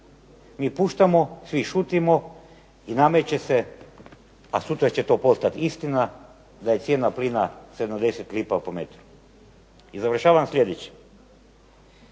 mi puštamo, svi šutimo i nameće se a sutra će to postati istina da je cijena plina 70 lipa po metru. I završavam sljedeće,